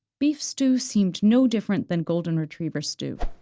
beef stew seemed no different than golden retriever stew.